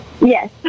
Yes